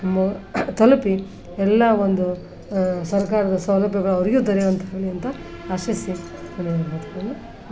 ಮ ತಲುಪಿ ಎಲ್ಲ ಒಂದು ಸರ್ಕಾರದ ಸೌಲಭ್ಯಗಳು ಅವರಿಗೆ ದೊರೆಯುವಂತಾಗಲಿ ಅಂತ ಆಶಿಸಿ ನನ್ನ ಒಂದು ಮಾತುಗಳನ್ನು